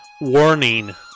Warning